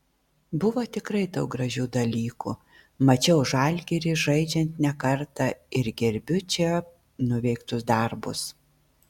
buvo tikrai daug gražių dalykų mačiau žalgirį žaidžiant ne kartą ir gerbiu čia nuveiktus darbus